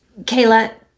Kayla